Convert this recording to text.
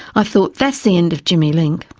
i thought that's the end of jimmy link.